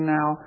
now